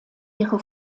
ihre